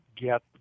get